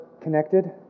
connected